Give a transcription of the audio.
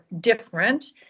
different